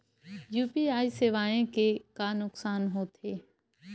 UPI सेवाएं के का नुकसान हो थे?